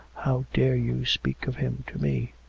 how dare you speak of him to me.